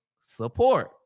support